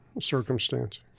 circumstance